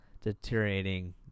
deteriorating